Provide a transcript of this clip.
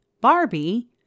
Barbie